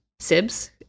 SIBS